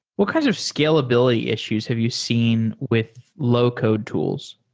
what kinds of scalability issues have you seen with low-code tools?